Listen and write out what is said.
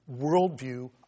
worldview